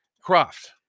Croft